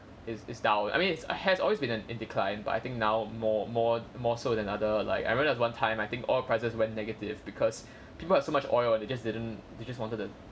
it's it's down I mean it has always been in an in decline but I think now more more more so than other like I remember at one time I think oil prices went negative because people have so much oil they just didn't they just wanted to